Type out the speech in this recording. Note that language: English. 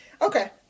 okay